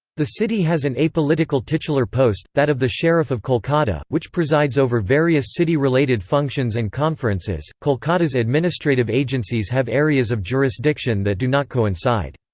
the city has an apolitical titular post, that of the sheriff of kolkata, which presides over various city-related functions and conferences kolkata's administrative agencies have areas of jurisdiction that do not coincide.